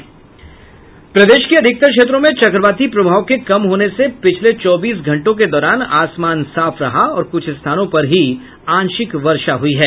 प्रदेश के अधिकतर क्षेत्रों में चक्रवाती प्रभाव के कम होने से पिछले चौबीस घंटों के दौरान आसमान साफ रहा और कुछ स्थानों पर ही आंशिक वर्षा हुई है